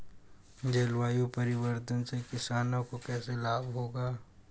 जलवायु परिवर्तन से किसानों को कैसे लाभ होगा?